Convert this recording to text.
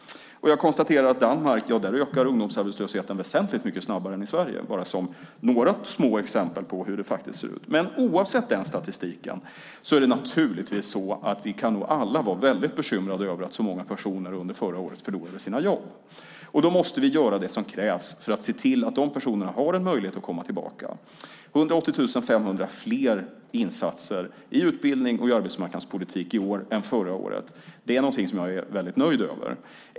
Jag konstaterar vidare att i Danmark ökar ungdomsarbetslösheten väsentligt mycket snabbare än i Sverige. Det var ett par små exempel på hur det ser ut. Men oavsett statistiken kan vi alla vara väldigt bekymrade över att så många personer under förra året förlorade sina jobb. Då måste vi göra det som krävs för att se till att de personerna har en möjlighet att komma tillbaka. 180 500 fler insatser i utbildning och i arbetsmarknadspolitik i år än förra året är någonting som jag är nöjd över.